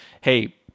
hey